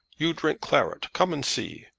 you drink claret. come and see.